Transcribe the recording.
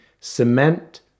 cement